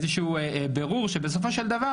איזה שהוא בירור שבסופו של דבר,